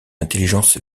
intelligence